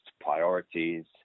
priorities